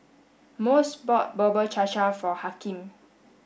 Mose bought Bubur Cha Cha for Hakeem